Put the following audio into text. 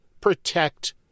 protect